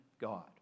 God